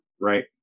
Right